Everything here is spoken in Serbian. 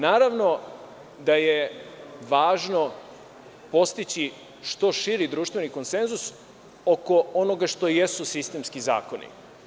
Naravno da je važno postići što širi društveni konsenzus oko onoga što jesu sistemski zakoni.